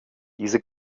diese